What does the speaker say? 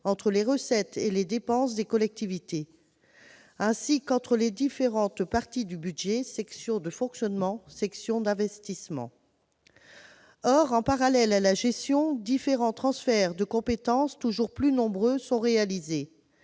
entre leurs recettes et leurs dépenses, ainsi qu'entre les différentes parties du budget- sections de fonctionnement et d'investissement. Or, en parallèle à la gestion, différents transferts de compétences, toujours plus nombreux, sont réalisés.